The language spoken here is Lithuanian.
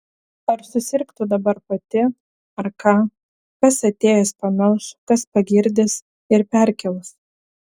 ar susirgtų dabar pati ar ką kas atėjęs pamelš kas pagirdys ir perkels